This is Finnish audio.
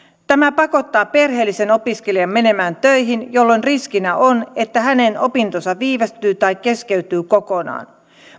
tämä pakottaa perheellisen opiskelijan menemään töihin jolloin riskinä on että hänen opintonsa viivästyvät tai keskeytyvät kokonaan